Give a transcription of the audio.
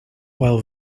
while